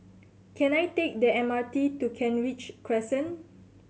can I take the M R T to Kent Ridge Crescent